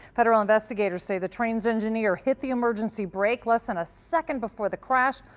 federal investigators say the train's engineer hit the emergency brake less than a second before the crash.